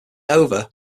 over